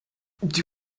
die